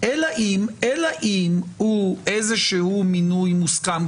זה כן, אלא אם הוא איזשהו מינוי מוסכם.